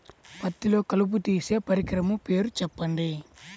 పత్తిలో కలుపు తీసే పరికరము పేరు చెప్పండి